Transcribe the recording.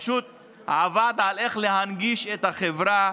הוא פשוט עבד באיך להנגיש את החברה